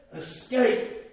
Escape